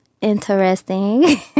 interesting